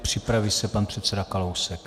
Připraví se pan předseda Kalousek.